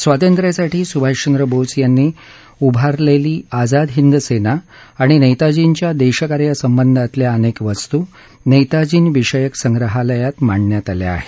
स्वातंत्र्यासाठी सुभाषचंद्र बोस यांनी उभारलेली आझाद हिंद सेना आणि नेताजींच्या देशकार्यासंबंधातल्या अनेक वस्तू नेताजीविषयक संग्रहालयात मांडण्यात आल्या आहेत